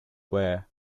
were